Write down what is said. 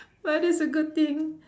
but it's a good thing